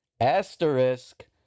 Asterisk